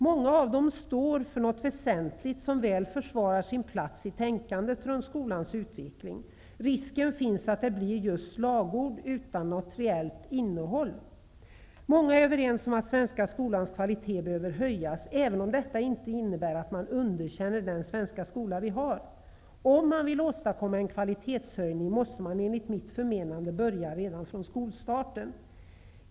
Många av dem står för något väsentligt som väl försvarar sin plats i tänkandet runt skolans utveckling. Risken finns att de blir just slagord utan något reellt innehåll. Många är överens om att den svenska skolans kvalitet behöver höjas, även om det inte innebär att man underkänner den svenska skola vi har. Om man vill åstadkomma en kvalitetshöjning, måste man enligt mitt förmenande börja redan från skolstarten.